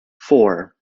four